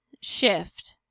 shift